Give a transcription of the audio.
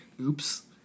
oops